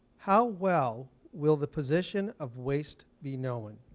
how well will the position of waste be known?